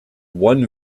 one